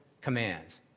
commands